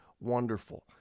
wonderful